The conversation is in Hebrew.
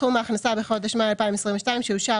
סכום ההכנסה בחודש מאי 2022 שאושר